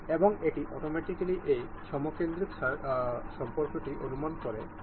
এবং আমরা অংশগুলির মধ্যে নিখুঁত সম্পর্ক ধরে নিয়ে একে অ্যাসেম্বল করব